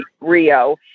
Rio